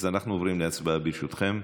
אז אנחנו עוברים להצבעה, ברשותכם.